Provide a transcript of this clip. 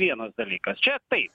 vienas dalykas čia taip